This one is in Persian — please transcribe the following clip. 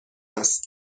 است